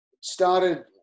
started